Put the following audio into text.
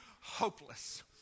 hopeless